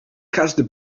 każde